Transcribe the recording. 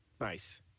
Nice